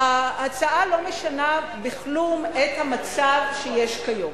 ההצעה לא משנה בכלום את המצב שיש כיום.